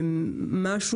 הקורונה.